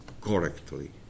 correctly